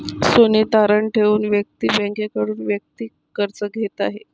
सोने तारण ठेवून व्यक्ती बँकेकडून वैयक्तिक कर्ज घेत आहे